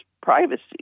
privacy